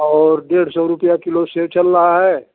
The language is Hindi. और डेढ़ सौ रुपया किलो सेब चल रहा है